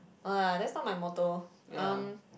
no lah that's not my motto um